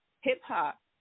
hip-hop